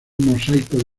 mosaico